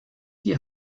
die